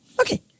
okay